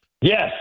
Yes